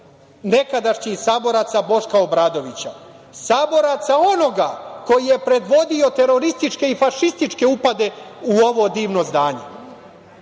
nekadašnjih saboraca Boška Obradovića, saboraca onoga koji je predvodio terorističke i fašističke upade u ovo divno zdanje. Dakle,